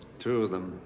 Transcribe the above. two of them.